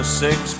six